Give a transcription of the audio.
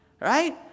Right